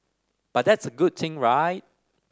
but that's a good thing right